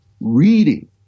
Reading